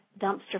dumpster